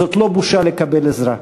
זאת לא בושה לקבל עזרה,